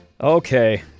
Okay